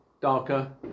darker